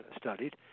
studied